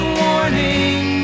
warning